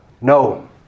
No